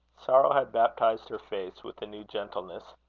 sorrow had baptized her face with a new gentleness.